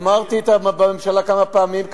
אמרתי בממשלה כמה פעמים,